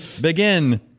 begin